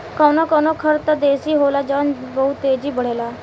कवनो कवनो खर त देसी होला जवन बहुत तेजी बड़ेला